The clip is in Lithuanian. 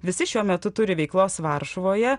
visi šiuo metu turi veiklos varšuvoje